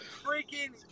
freaking